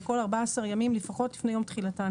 והכל 14 ימים לפחות לפני יום תחילתן.